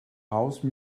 house